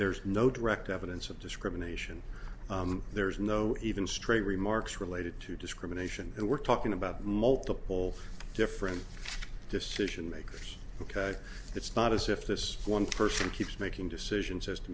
there's no direct evidence of discrimination there's no even straight remarks related to discrimination and we're talking about multiple different decision makers ok it's not as if this one person keeps making decisions as to